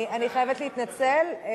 אני חייבת להתנצל.